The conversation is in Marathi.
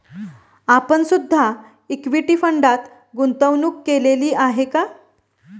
आपण सुद्धा इक्विटी फंडात गुंतवणूक केलेली आहे का?